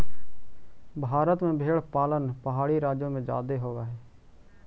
भारत में भेंड़ पालन पहाड़ी राज्यों में जादे होब हई